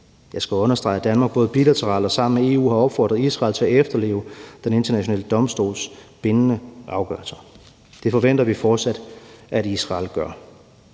Jeg skal understrege, at Danmark både bilateralt og sammen med EU har opfordret Israel til at efterleve Den Internationale Domstols bindende afgørelser. Det forventer vi fortsat at Israel gør.